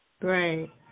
Right